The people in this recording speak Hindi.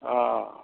हाँ